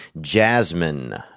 Jasmine